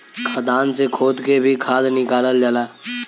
खदान से खोद के भी खाद निकालल जाला